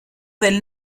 del